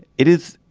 it is.